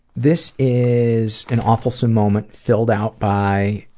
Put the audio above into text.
this is an awfulsome moment filled out by